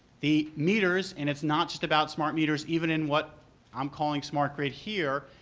the meters, and it's not just about smart meters, even in what i'm calling smart grid here,